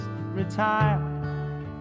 retire